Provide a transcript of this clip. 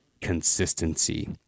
consistency